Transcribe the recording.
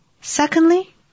Secondly